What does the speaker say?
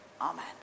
Amen